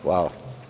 Hvala.